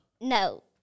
No